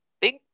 big